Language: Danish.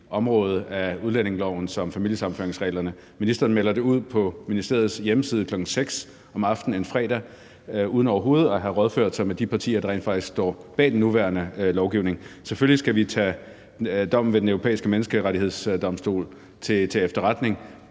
område af udlændingeloven som familiesammenføringsreglerne. Ministeren melder det ud på ministeriets hjemmeside kl. 18.00 en fredag aften uden overhovedet at have rådført sig med de partier, der rent faktisk står bag den nuværende lovgivning. Selvfølgelig skal vi tage dommen ved Den Europæiske Menneskerettighedsdomstol til efterretning,